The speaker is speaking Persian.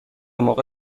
موقع